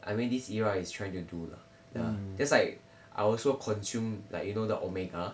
I mean this era is trying to do lah that's why I also consume like you know the omega